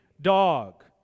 dog